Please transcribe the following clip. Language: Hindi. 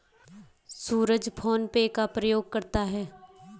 सूरज फोन पे का प्रयोग करता है